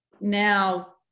now